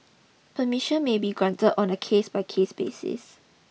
permission may be granted on a case by case basis